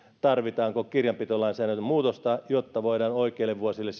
tarvitaanko kirjanpitolainsäädännön muutosta jotta voidaan sijoittaa oikeille vuosille